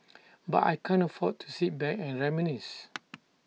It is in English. but I can't afford to sit back and reminisce